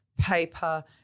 paper